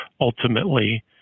ultimately